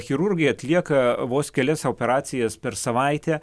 chirurgai atlieka vos kelias operacijas per savaitę